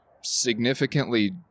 significantly